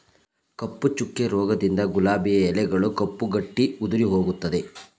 ಕಪ್ಪು ಚುಕ್ಕೆ ರೋಗದಿಂದ ಗುಲಾಬಿಯ ಎಲೆಗಳು ಕಪ್ಪು ಗಟ್ಟಿ ಉದುರಿಹೋಗುತ್ತದೆ